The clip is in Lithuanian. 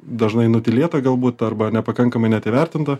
dažnai nutylėta galbūt arba nepakankamai net įvertinta